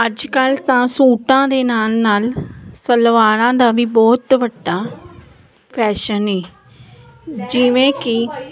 ਅੱਜ ਕੱਲ੍ਹ ਤਾਂ ਸੂਟਾਂ ਦੇ ਨਾਲ ਨਾਲ ਸਲਵਾਰਾਂ ਦਾ ਵੀ ਬਹੁਤ ਵੱਡਾ ਫੈਸ਼ਨ ਹੈ ਜਿਵੇਂ ਕਿ